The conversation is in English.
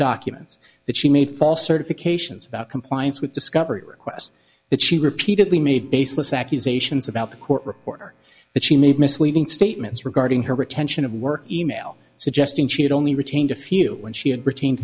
documents that she made false certifications about compliance with discovery requests that she repeatedly made baseless accusations about the court reporter but she made misleading statements regarding her retention of work e mail suggesting she had only retained a few when she had retaine